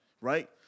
right